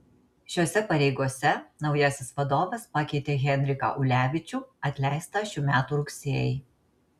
šiose pareigose naujasis vadovas pakeitė henriką ulevičių atleistą šių metų rugsėjį